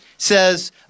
says